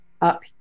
up